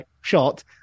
shot